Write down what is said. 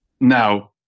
Now